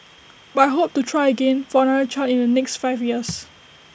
but I hope to try again for another child in the next five years